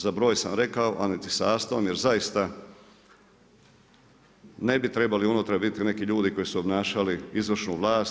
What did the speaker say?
Za broj sam rekao, a niti sastavom jer zaista ne bi trebali unutra biti neki ljudi koji su obnašali izvršnu vlast.